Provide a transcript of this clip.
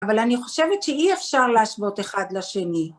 אבל אני חושבת שאי אפשר להשוות אחד לשני.